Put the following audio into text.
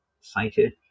cited